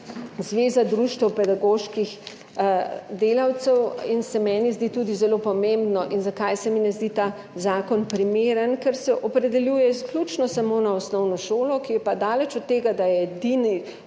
Zveza društev pedagoških delavcev in se meni zdi tudi zelo pomembno in zakaj se mi ne zdi ta zakon primeren: ker se opredeljuje izključno na osnovno šolo, ki je pa daleč od tega, da je edini